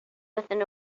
within